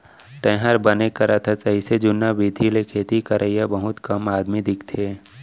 तैंहर बने करत हस अइसे जुन्ना बिधि ले खेती करवइया बहुत कम आदमी दिखथें